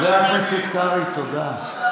חבר הכנסת קרעי, תודה.